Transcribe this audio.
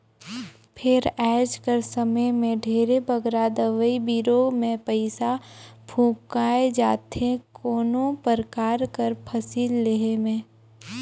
फेर आएज कर समे में ढेरे बगरा दवई बीरो में पइसा फूंकाए जाथे कोनो परकार कर फसिल लेहे में